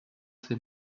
ses